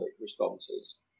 responses